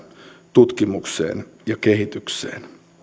tutkimukseen ja kehitykseen energia ja ilmastostrategia kaiken kaikkiaan